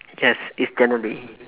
yes it's january